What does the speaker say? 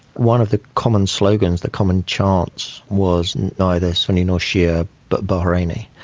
one of the common slogans, the common chants, was neither sunni nor shia but bahraini.